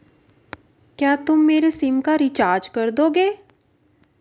क्या तुम मेरी सिम का रिचार्ज कर दोगे?